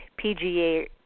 PGA